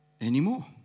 anymore